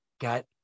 got